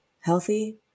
healthy